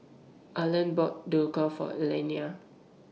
Arlen bought Dhokla For Elaina